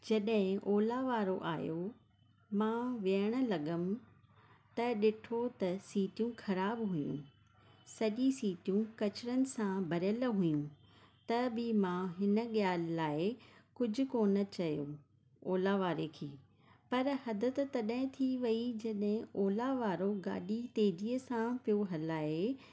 जॾहिं ओला वारो आयो मां विहणु लॻमि त ॾिठो त सीटियूं ख़राबु हुयूं सॼी सीटियूं कचिरनि खां भरियल हुयूं त बि मां हिन ॻाल्हि लाइ कुझु कोन चयो ओला वारे खे पर हद त तॾहिं थी वई जॾहिं ओला वारो गाॾी तेज़ीअ सां पियो हलाए